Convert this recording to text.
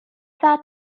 that